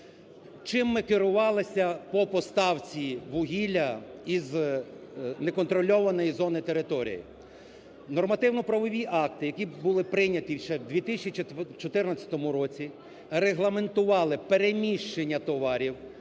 Чим ми керувалися по поставці вугілля із неконтрольованої зони територій? Нормативно-правові акти, які були прийняті ще в 2014 році, регламентували переміщення товарів